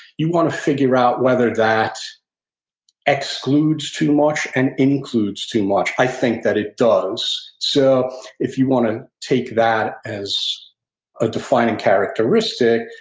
you want to figure out whether that excludes too much and includes too much. i think that it does. so if you want to take that as a defining characteristic,